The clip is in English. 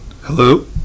Hello